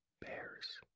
BEARS